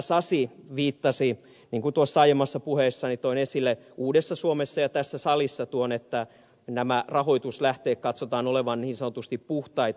sasi myös viittasi niin kuin tuossa aiemmassa puheessani toin esille uudessa suomessa ja tässä salissa siihen että näiden rahoituslähteiden katsotaan olevan niin sanotusti puhtaita